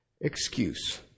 excuse